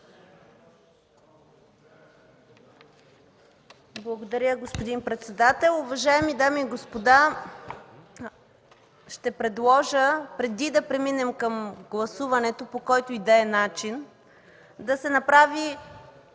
Благодаря, господин председател. Уважаеми дами и господа, ще предложа преди да преминем към гласуването, по който и да е начин, да се направи